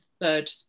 third